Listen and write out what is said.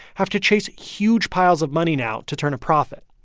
have to chase huge piles of money now to turn a profit.